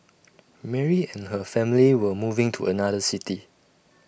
Mary and her family were moving to another city